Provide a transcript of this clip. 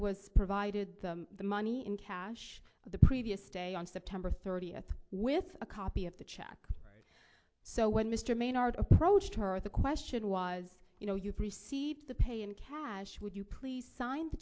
was provided the money in cash of the previous day on september thirtieth with a copy of the check so when mr maynard approached her the question was you know you've received the pay in cash would you please sign the